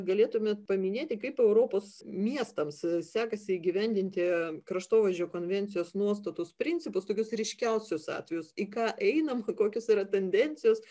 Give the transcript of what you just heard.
galėtumėt paminėti kaip europos miestams sekasi įgyvendinti kraštovaizdžio konvencijos nuostatus principus tokius ryškiausius atvejus į ką einam kokios yra tendencijos